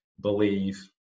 believe